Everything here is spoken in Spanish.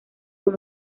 con